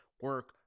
Work